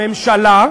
הממשלה,